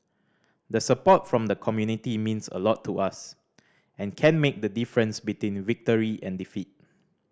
the support from the community means a lot to us and can make the difference between victory and defeat